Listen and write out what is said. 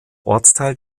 ortsteil